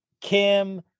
Kim